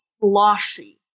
sloshy